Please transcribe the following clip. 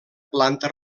planta